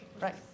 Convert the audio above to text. Right